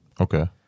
okay